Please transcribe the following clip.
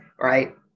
right